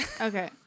Okay